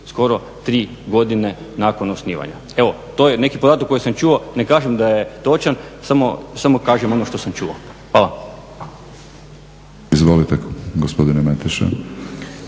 skoro 3 godine nakon osnivanja? Evo, to je neki podatak koji sam čuo, ne kažem da je točan, samo kažem ono što sam čuo. Hvala. **Batinić, Milorad